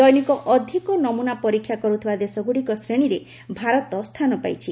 ଦୈନିକ ଅଧିକ ନମୁନା ପରୀକ୍ଷା କରୁଥିବା ଦେଶଗୁଡ଼ିକ ଶ୍ରେଣୀରେ ଭାରତ ସ୍ଥାନ ପାଇଛି